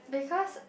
because